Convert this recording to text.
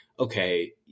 Okay